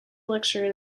lectured